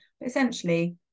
essentially